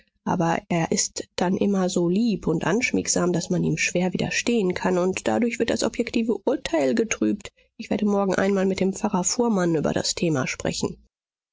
aber er ist dann immer so lieb und anschmiegsam daß man ihm schwer widerstehen kann und dadurch wird das objektive urteil getrübt ich werde morgen einmal mit dem pfarrer fuhrmann über das thema sprechen